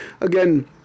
again